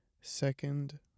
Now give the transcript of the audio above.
second